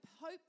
Hope